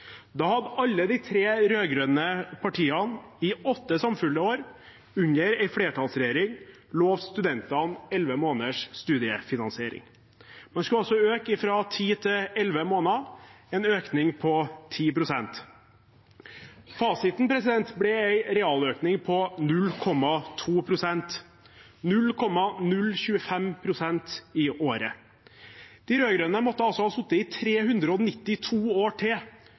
Da hadde alle de tre rød-grønne partiene i åtte samfulle år, under en flertallsregjering, lovet studentene elleve måneders studiefinansiering. Man skulle altså øke fra ti til elleve måneder, en økning på 10 pst. Fasiten ble en realøkning på 0,2 pst, dvs. 0,025 pst. i året. De rød-grønne måtte altså ha sittet i 392 år til